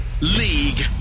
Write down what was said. league